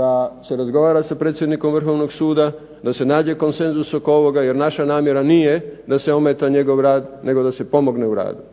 da se razgovara sa predsjednikom Vrhovnog suda, da se nađe konsenzus ili ovoga jer naša namjera nije da se ometa rad nego da se pomogne u radu.